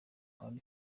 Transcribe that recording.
uri